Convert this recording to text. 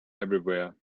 everywhere